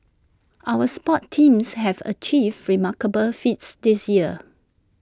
our sports teams have achieved remarkable feats this year